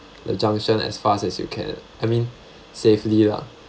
the junction as fast as you can I mean safely lah